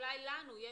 אולי לנו,